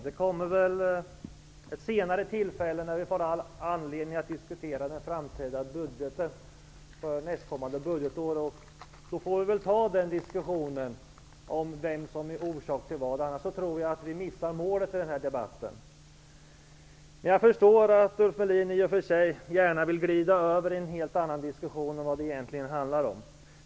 Herr talman! Det kommer ett tillfälle senare då vi får anledning att diskutera budgeten för nästkommande budgetår. Då får vi föra diskussionen om vem som är orsak till vad. Annars tror jag att vi missar målet i den här debatten. Jag förstår i och för sig att Ulf Melin vill glida över i en diskussion som handlar om någonting helt annat än det som vi i dag diskuterar.